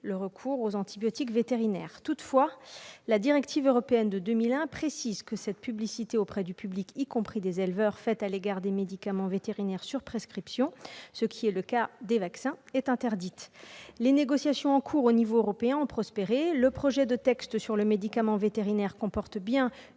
le recours aux antibiotiques vétérinaires. Toutefois, la directive européenne de 2001 précise que la publicité auprès du public, y compris les éleveurs, pour les médicaments vétérinaires délivrés sur prescription, ce qui est le cas des vaccins, est interdite. Les négociations en cours au niveau européen ont prospéré ; le projet de texte sur le médicament vétérinaire comporte bien